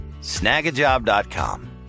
Snagajob.com